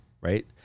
right